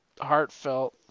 heartfelt